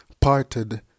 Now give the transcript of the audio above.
parted